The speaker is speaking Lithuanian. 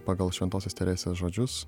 pagal šventosios teresės žodžius